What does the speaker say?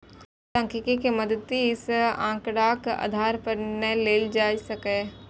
सांख्यिकी के मदति सं आंकड़ाक आधार पर निर्णय लेल जा सकैए